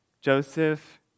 Joseph